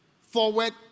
forward